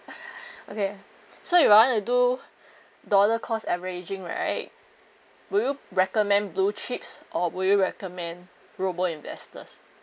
okay so you want to do dollar cost averaging right would you recommend blue chips or would you recommend robo investors